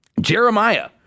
Jeremiah